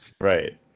right